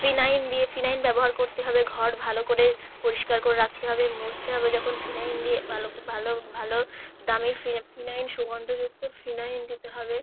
phenyl দিয়ে phenyl ব্যবহার করতে হবে ঘর ভালো করে পরিষ্কার করে রাখতে হবে মুছতে হবে যখন ফিনাইল দিয়ে ভালো ভালো ভালো দামের ফ ফিনাইল সুগন্ধযুক্ত ফিনাইল দিতে হবে